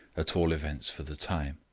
at all events for the time.